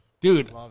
Dude